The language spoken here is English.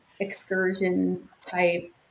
excursion-type